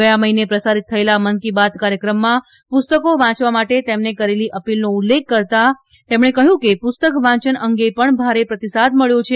ગયા મહિને પ્રસારિત થયેલા મન કી બાત કાર્યક્રમમાં પુસ્તકો વાંચવા માટે તેમને કરેલી અપીલનો ઉલ્લેખ કરતા તેમણે કહથું કે પુસ્તક વાંચન અંગે પણ ભારે પ્રતિસાદ મળ્યો છે